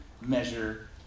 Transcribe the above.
measure